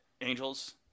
Angels